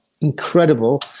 incredible